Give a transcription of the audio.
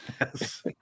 Yes